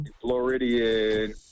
Floridian